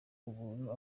umuntu